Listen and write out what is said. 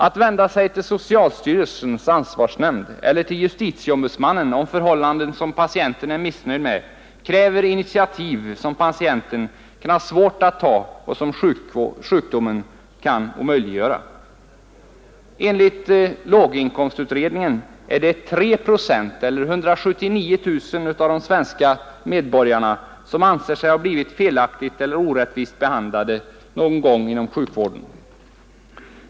Att vända sig till socialstyrelsens ansvarsnämnd eller till justitieombudsmannen om förhållanden som patienten är missnöjd med kräver initiativ som patienten kan ha svårt att ta och som sjukdomen kan omöjliggöra. Enligt låginkomstutredningen är det 3 procent eller 179 000 av de vuxna svenska medborgarna som anser sig ha blivit felaktigt eller orättvist behandlade någon gång inom sjukvården.